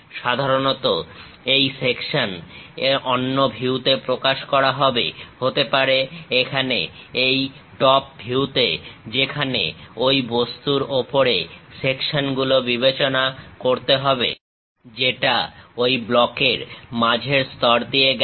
সাধারণত এই সেকশন অন্য ভিউতে প্রকাশ করা হবে হতে পারে এখানে এই টপ ভিউতে যেখানে ঐ বস্তুর উপরে সেকশন গুলো বিবেচনা করতে হবে যেটা ওই ব্লকের মাঝের স্তর দিয়ে গেছে